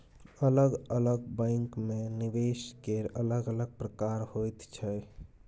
अलग अलग बैंकमे निवेश केर अलग अलग प्रकार होइत छै